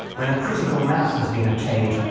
when a critical mass has been obtained,